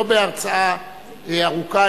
לא בהרצאה ארוכה,